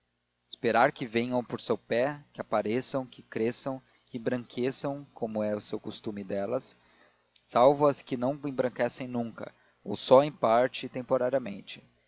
esperar que venham por seu pé que apareçam que cresçam que embranqueçam como é seu costume delas salvo as que não embranquecem nunca ou só em parte e temporariamente